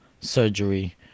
surgery